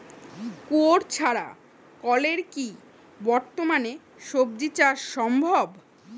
কুয়োর ছাড়া কলের কি বর্তমানে শ্বজিচাষ সম্ভব?